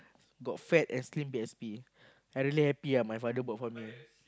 got fat and slim P_S_P I really happy ah my father bought for me